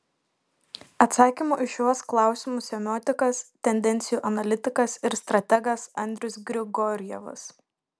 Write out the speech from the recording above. atsakymų į šiuos klausimus semiotikas tendencijų analitikas ir strategas andrius grigorjevas